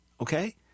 okay